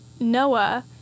Noah